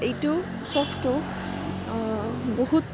এই চখটোৱে বহুত